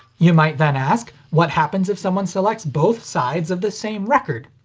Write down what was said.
you might then ask, what happens if someone selects both sides of the same record?